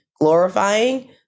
glorifying